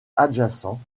adjacents